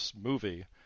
movie